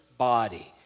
body